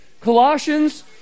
Colossians